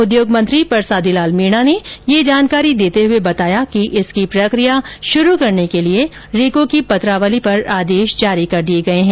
उद्योग मंत्री परसादी लाल मीणा ने यह जानकारी देते हए बताया कि इसकी प्रक्रिया शुरु करने के लिए रीको की पत्रावली पर आदेश जारी कर दिए गए हैं